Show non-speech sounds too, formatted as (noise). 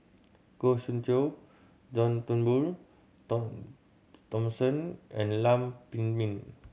Goh Soon Tioe John Turnbull (unintelligible) Thomson and Lam Pin Min